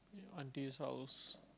your auntie's house